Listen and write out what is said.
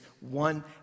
one